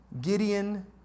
Gideon